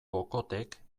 okothek